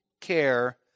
care